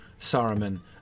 Saruman